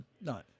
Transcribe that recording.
No